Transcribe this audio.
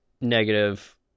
negative